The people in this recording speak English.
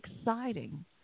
exciting